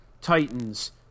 Titans